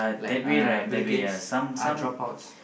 like uh Bill-Gates ah drop outs